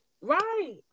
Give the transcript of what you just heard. right